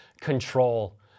control